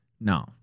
no